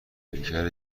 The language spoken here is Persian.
پیکر